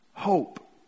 hope